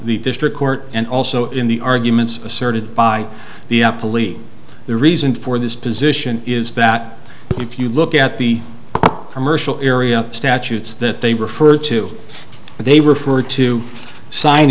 the district court and also in the arguments asserted by the police the reason for this position is that if you look at the commercial area statutes that they refer to they refer to